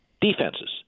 Defenses